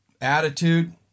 attitude